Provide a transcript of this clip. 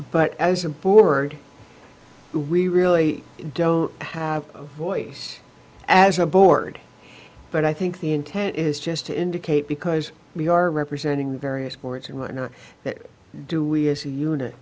but as a board we really don't have a voice as a board but i think the intent is just to indicate because we are representing various sports a minor that do we as a unit